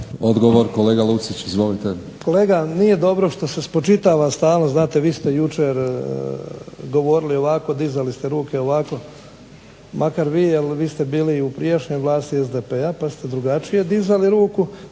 izvolite. **Lucić, Franjo (HDZ)** Kolega nije dobro što se spočitava stalno znate vi ste jučer govorili ovako, dizali ste ruke ovako, makar vi jer vi ste bili i u prijašnjoj vlasti SDP-a pa ste drugačije dizali ruku,